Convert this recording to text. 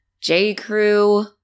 J.Crew